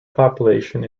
population